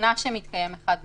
שוכנע שמתקיים אחד מאלה.